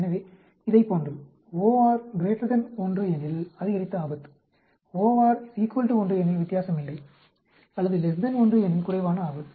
எனவே இதைப் போன்றது OR 1 எனில் அதிகரித்த ஆபத்து OR 1 எனில் வித்தியாசம் இல்லை அல்லது 1 எனில் குறைவான ஆபத்து